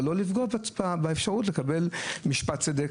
אבל לא לפגוע באפשרות לקבל משפט צדק.